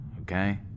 okay